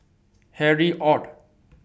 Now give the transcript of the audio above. Harry ORD